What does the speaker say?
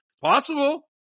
Possible